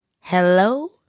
Hello